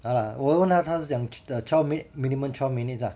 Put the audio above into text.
!hanna! 我问他他是这样 the twelve twelve minimum twelve minutes ah